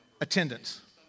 Attendance